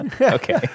Okay